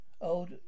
old